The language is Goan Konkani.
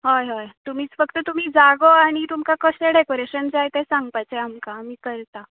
हय हय तुमीच फक्त तुमी जागो आनी तुमकां कसले डेकोरेशन जाय तें सांगपाचे आमकां आमी करता